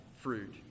fruit